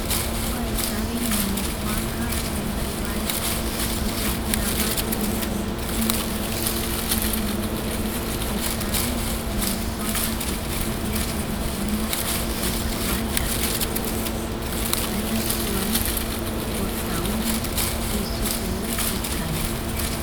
﻿Kua ikavi ñanepoaka oeki vaera oyajia vaera ñanepija jaerami ovi ikavi ñanepöaka ikia igupe ñanoi va oekivaera jaera kua cortauña jei supevae ikavi